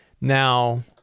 now